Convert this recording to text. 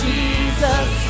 Jesus